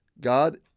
God